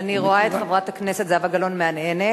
אני רואה את חברת הכנסת זהבה גלאון מהנהנת.